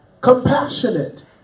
compassionate